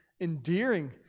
endearing